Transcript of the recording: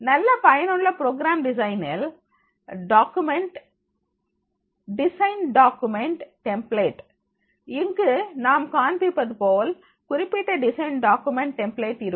நல்ல பயனுள்ள ப்ரோக்ராம் டிசைனில் டிசைன் டாக்குமெண்ட் டெம்ப்ளேட் இங்கு நாம் காண்பிப்பது போல்குறிப்பிட்ட டிசைன் டாக்குமெண்ட் டெம்பிளேட் இருக்கும்